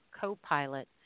co-pilot